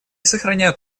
сохраняют